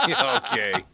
Okay